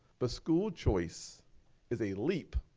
but school choice is a leap,